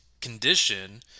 condition